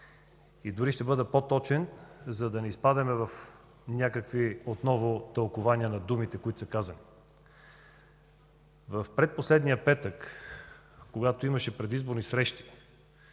И дори ще бъда по-точен, за да не изпадаме отново в някакви тълкувания на думите, които са казани: в предпоследния петък, когато имаше предизборни срещи